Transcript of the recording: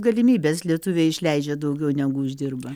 galimybės lietuviai išleidžia daugiau negu uždirba